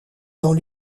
dans